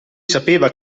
sapeva